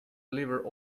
liver